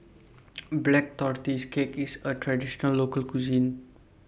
Black Tortoise Cake IS A Traditional Local Cuisine